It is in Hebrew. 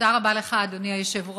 תודה רבה לך, אדוני היושב-ראש.